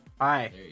Hi